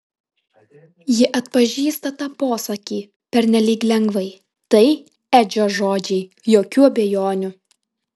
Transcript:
ji atpažįsta tą posakį pernelyg lengvai tai edžio žodžiai jokių abejonių